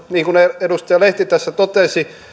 niin kuin edustaja lehti tässä totesi että